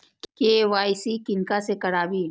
KYC किनका से कराबी?